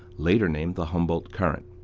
later named the humboldt current.